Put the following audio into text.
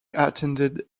attended